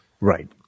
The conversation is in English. Right